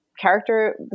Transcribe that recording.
character